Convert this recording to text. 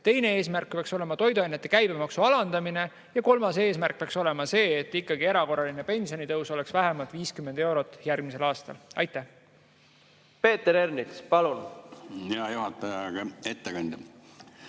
teine eesmärk peaks olema toiduainete käibemaksu alandamine, ja kolmas eesmärk peaks olema see, et erakorraline pensionitõus oleks vähemalt 50 eurot järgmisel aastal. Peeter Ernits, palun! Peeter